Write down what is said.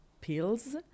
pills